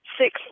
six